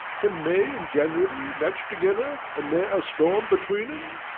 can may and january match together, and nev'r a storm between em?